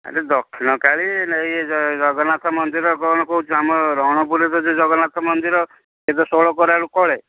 ଆରେ ଦକ୍ଷିଣକାଳୀ ନେଇକି ଜଗନ୍ନାଥ ମନ୍ଦିର କଣ କହୁଛୁ ଆମ ରଣପୁରରେ ତ ଯେଉଁ ଜଗନ୍ନାଥ ମନ୍ଦିର ସେ ତ ଷୋଳ କଳାରୁ କଳେ